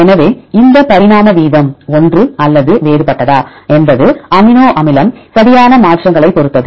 எனவே இந்த பரிணாம வீதம் ஒன்று அல்லது வேறுபட்டதா என்பது அமினோ அமிலம் சரியான மாற்றங்களைப் பொறுத்தது